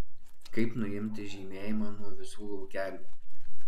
kaip nuimti žymėjimą nuo visų laukelių